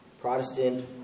Protestant